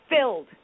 filled